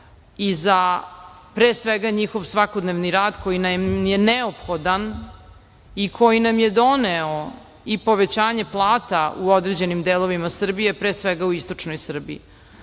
i za pre svega njihov svakodnevni rad koji nam je neophodan i koji nam je doneo i povećanje plata u određenim delovima Srbije, pre svega u istočnoj Srbiji. Pošto